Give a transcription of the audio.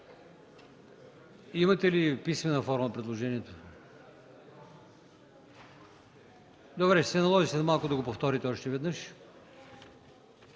Имате ли в писмена форма предложението? Добре, ще се наложи след малко да го повторите още веднъж.